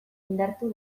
indartu